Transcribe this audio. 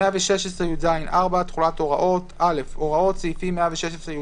"116יז תחולת הוראות 4. (א)הוראות סעיפים 116יד